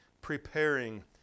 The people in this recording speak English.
preparing